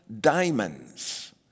diamonds